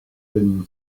thin